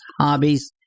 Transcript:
hobbies